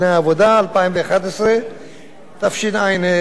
התשע"ב 2011,